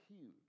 huge